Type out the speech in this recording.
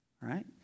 right